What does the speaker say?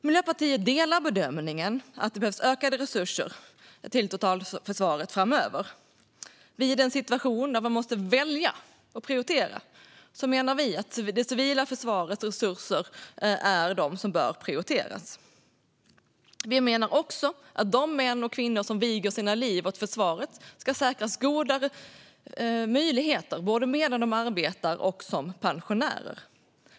Miljöpartiet delar bedömningen att det behövs ökade resurser till totalförsvaret framöver. Vid en situation då man måste välja och prioritera menar vi att det är det civila försvarets resurser som bör prioriteras. Vi menar också att de män och kvinnor som viger sina liv åt försvaret ska säkras goda möjligheter, både medan de arbetar och som pensionärer.